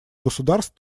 государств